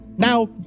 Now